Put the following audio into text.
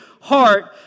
heart